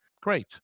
great